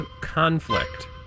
conflict